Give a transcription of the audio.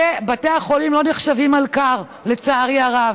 בתי החולים לא נחשבים מלכ"ר, לצערי הרב.